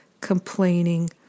complaining